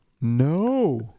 No